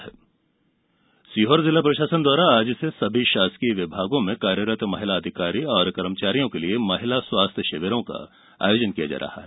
स्वास्थ्य परीक्षण सीहोर जिला प्रशासन द्वारा आज से सभी शासकीय विभागों में कार्यरत महिला अधिकारी एवं कर्मचारियों के लिए महिला स्वास्थ्य शिविरों का आयोजन किया जा रहा है